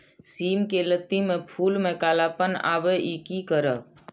सिम के लत्ती में फुल में कालापन आवे इ कि करब?